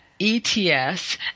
ETS